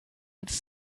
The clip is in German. als